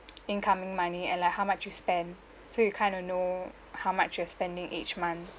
incoming money and like how much you spend so you kind of know how much you're spending each month